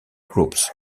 groups